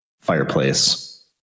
Fireplace